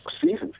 seasons